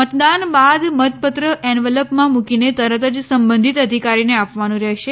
મતદાન બાદ મતપત્ર એનવલપમાં મૂકીને તરત જ સંબંધીત અધિકારીને આપવાનું રહેશે